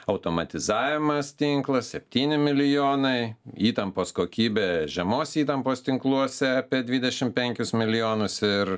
automatizavimas tinklas septyni milijonai įtampos kokybė žemos įtampos tinkluose apie dvidešimt penkis milijonus ir